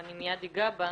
ואני מיד אגע בה.